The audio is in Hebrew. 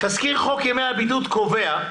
תזכיר חוק ימי הבידוד קובע,